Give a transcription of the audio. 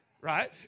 right